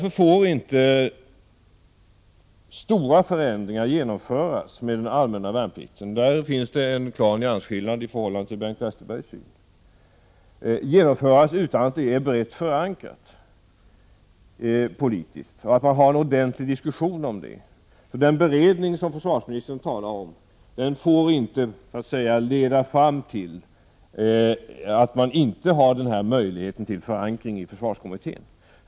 Stora förändringar får därför inte genomföras inom den allmänna värnplikten utan att de är brett förankrade politiskt och det förts en ordentlig diskussion. Här har jag en klar nyansskillnad i förhållande till Bengt Westerbergs syn på detta. Den beredning som försvarsministern talar om får inte leda till att man inte har möjlighet till förankring i försvarskommittén.